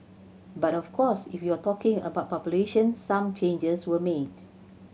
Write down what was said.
but of course if you're talking about population some changes were made